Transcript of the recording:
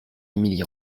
émilie